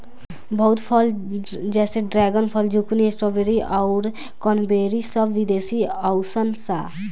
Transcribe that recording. बहुत फल जैसे ड्रेगन फल, ज़ुकूनी, स्ट्रॉबेरी आउर क्रेन्बेरी सब विदेशी हाउअन सा